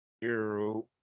Hero